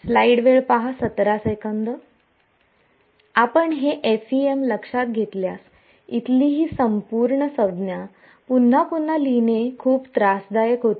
आपण हे FEM लक्षात घेतल्यास इथली ही संपूर्ण संज्ञा पुन्हा पुन्हा लिहिणे खूप त्रासदायक होते